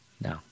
No